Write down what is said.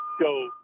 go